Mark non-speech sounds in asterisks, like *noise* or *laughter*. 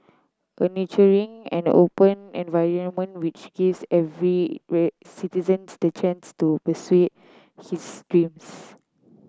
a nurturing and open environment which gives every *unintelligible* citizens the chance to pursue his dreams